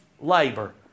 labor